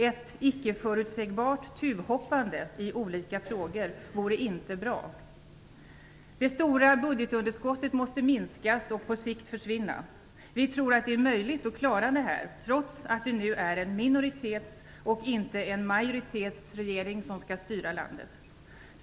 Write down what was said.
Ett icke-förutsägbart tuvhoppande i olika frågor vore inte bra. Det stora budgetunderskottet måste minskas och på sikt försvinna. Vi tror att det är möjligt att klara detta, trots att det nu är en minoritets och inte en majoritetsregering som skall styra landet.